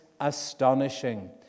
astonishing